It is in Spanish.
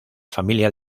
familia